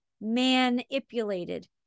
manipulated